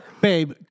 babe